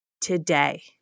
today